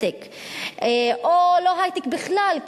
או לא היי-טק בכלל,